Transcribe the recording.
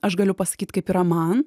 aš galiu pasakyt kaip yra man